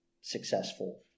successful